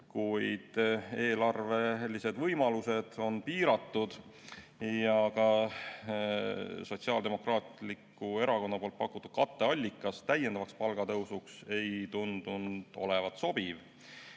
Kuid eelarvelised võimalused on piiratud ja ka Sotsiaaldemokraatliku Erakonna pakutud katteallikas täiendavaks palgatõusuks ei tundunud olevat sobiv.